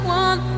one